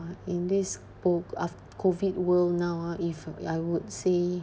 uh in this po~ af~ COVID world now ah if I would say